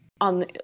on